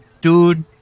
Dude